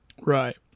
Right